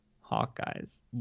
Hawkeye's